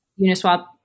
Uniswap